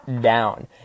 down